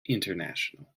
international